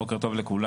בוקר טוב לכולם.